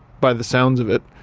by the sounds of it.